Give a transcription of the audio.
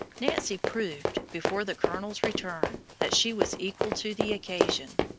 nancy proved, before the colonel's return, that she was equal to the occasion